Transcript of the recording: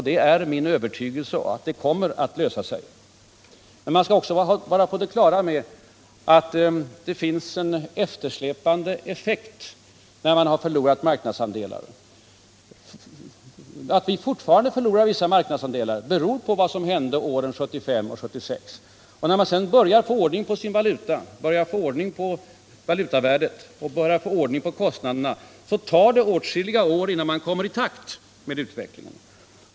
Det är min övertygelse att det kommer att lösa sig. Men man skall också vara på det klara med att det finns en eftersläpande effekt när man har förlorat marknadsandelar. Att vi fortfarande förlorar vissa marknadsandelar beror på vad som hände åren 1975-1976. När man sedan börjar få ordning på valutavärdet och på kostnaderna tar det åtskilliga år innan man kommer i kapp utvecklingen.